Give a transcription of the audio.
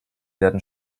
werden